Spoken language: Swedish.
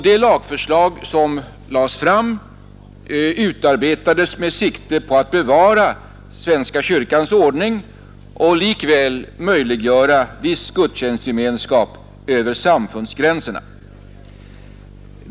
Det lagförslag som lades fram utarbetades med tanke på att bevara svenska kyrkans ordning och likväl möjliggöra viss gudstjänstgemenskap över samfundsgränserna.